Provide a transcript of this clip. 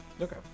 Okay